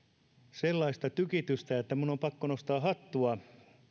sellaista tykitystä että minun on pakko nostaa hattua